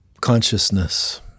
consciousness